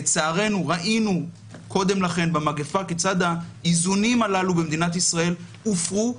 לצערנו ראינו קודם לכן במגיפה כיצד האיזונים הללו במדינת ישראל הופרו,